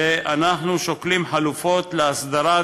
ואנחנו שוקלים חלופות להסדרת